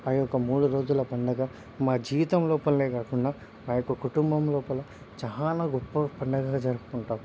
ఆ యొక్క మూడు రోజుల పండుగ మా జీవితం లోపలనే కాకుండా మా యొక్క కుటుంబం లోపల చాలా గొప్ప పండుగగా జరుపుకుంటాం